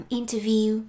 interview